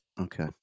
Okay